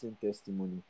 testimony